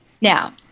Now